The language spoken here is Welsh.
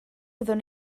fyddwn